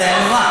אז זה היה נורא.